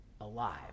alive